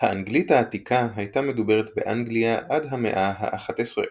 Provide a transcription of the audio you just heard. האנגלית העתיקה הייתה מדוברת באנגליה עד המאה האחת עשרה.